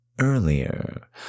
earlier